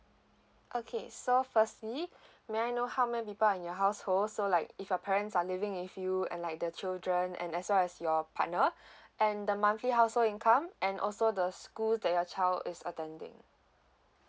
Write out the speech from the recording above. okay so firstly may I know how many people are in your household so like if your parents are living with you and like the children and as well as your partner and the monthly household income and also the school that your child is attending